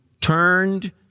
turned